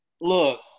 Look